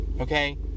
okay